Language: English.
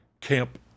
camp